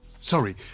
Sorry